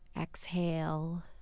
exhale